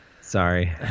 Sorry